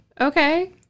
Okay